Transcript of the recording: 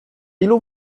ilu